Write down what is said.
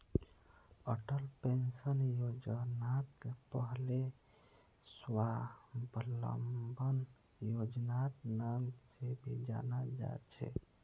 Atal pension योजनाक पहले स्वाबलंबन योजनार नाम से भी जाना जा छे